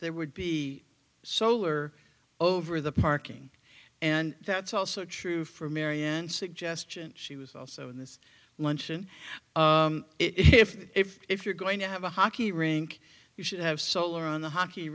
there would be solar over the parking and that's also true for marianne suggestion she was also in this luncheon if you're going to have a hockey rink you should have solar on the hockey